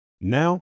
Now